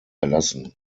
erlassen